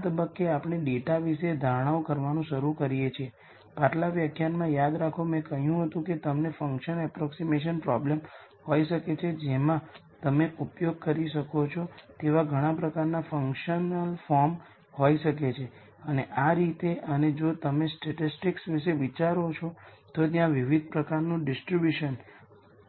આ તબક્કે આપણે ડેટા વિશે ધારણાઓ કરવાનું શરૂ કરીએ છીએ પાછલા વ્યાખ્યાનમાં યાદ રાખો મેં કહ્યું હતું કે તમને ફંકશન અપ્રોક્ઝીમેશન પ્રોબ્લેમ હોઈ શકે છે જેમાં તમે ઉપયોગ કરી શકો છો તેવા ઘણા પ્રકારનાં ફંકશનલ ફોર્મ હોઈ શકે છે અને આ રીતે અને જો તમે સ્ટેટિસ્ટિક્સ વિશે વિચારો છો તો ત્યાં વિવિધ પ્રકારનાં ડિસ્ટ્રીબ્યુશન્સ